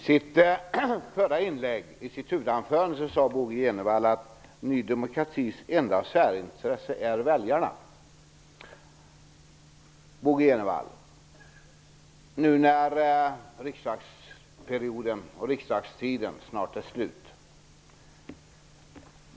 Herr talman! I sitt huvudanförande sade Bo G Jenevall att Ny demokratis enda särintresse är väljarna. Nu är riksdagsperioden och riksdagstiden snart slut.